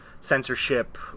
censorship